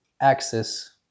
axis